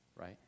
right